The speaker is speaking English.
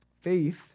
Faith